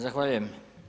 Zahvaljujem.